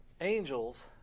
angels